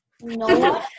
No